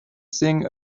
thing